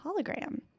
hologram